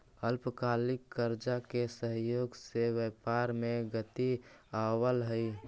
अल्पकालिक कर्जा के सहयोग से व्यापार में गति आवऽ हई